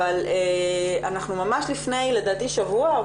אבל אנחנו ממש לפני לדעתי שבוע או